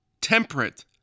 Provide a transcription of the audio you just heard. temperate